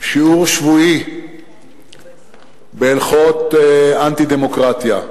שיעור שבועי בהלכות אנטי-דמוקרטיה.